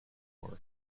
horse